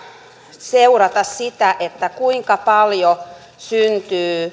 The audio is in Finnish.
seurata sitä kuinka paljon syntyy